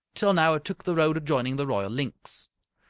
till now it took the road adjoining the royal linx.